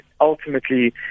ultimately